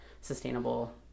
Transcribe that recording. sustainable